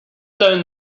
down